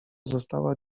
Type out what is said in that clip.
została